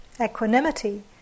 equanimity